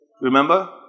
Remember